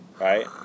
Right